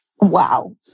wow